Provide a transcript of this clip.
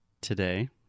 today